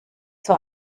zwar